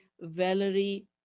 Valerie